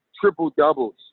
triple-doubles